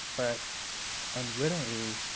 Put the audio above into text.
but unwittingly,